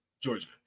Georgia